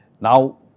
Now